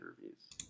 reviews